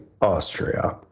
Austria